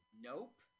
Nope